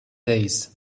days